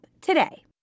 today